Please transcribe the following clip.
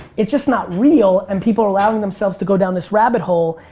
it's just not real, and people are allowing themselves to go down this rabbit hole,